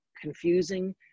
confusing